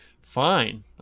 Fine